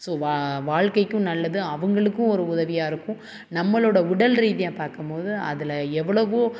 so வா வாழ்க்கைக்கும் நல்லது அவங்களுக்கும் ஒரு உதவியாக இருக்கும் நம்மளோட உடல் ரீதியாக பார்க்கும்மோது அதில் எவ்வளோவோ